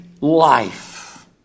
life